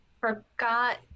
forgot